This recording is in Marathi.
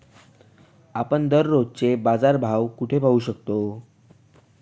आपण दररोजचे बाजारभाव कोठे पाहू शकतो?